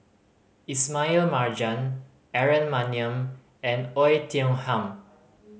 Ismail Marjan Aaron Maniam and Oei Tiong Ham